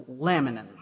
laminin